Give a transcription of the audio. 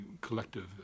collective